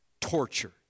torture